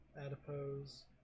Adipose